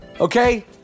okay